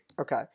Okay